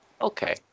Okay